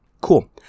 Cool